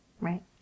Right